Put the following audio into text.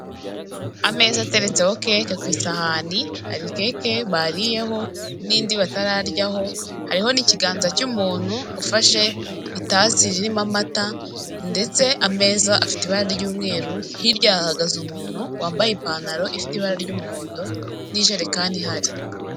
Ameza ateretseho keke ku isahani hari cake bariyeho n'indi batararyaho, hariho n'ikiganza cy'umuntu ufashe itasi irimo amata ndetse ameza afite ibara ry'umweru, hirya hahagaze umuntu wambaye ipantaro ifite ibara ry'umuhondo n'ijerekani ihari.